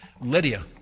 Lydia